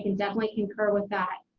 and definitely concur with that.